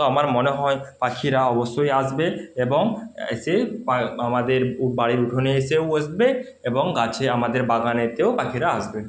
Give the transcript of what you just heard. তো আমার মনে হয় পাখিরা অবশ্যই আসবে এবং অ্যা এসে পা আমাদের উ বাড়ির উঠোনে এসেও বসবে এবং গাছে আমাদের বাগানেতেও পাখিরা আসবে